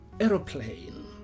aeroplane